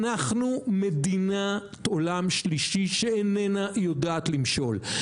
אנחנו מדינת עולם שלישי שאיננה יודעת למשול.